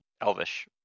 Elvish